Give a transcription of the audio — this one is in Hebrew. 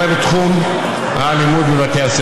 והן אומרות לי: